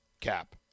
Cap